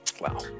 Wow